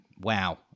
wow